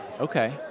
Okay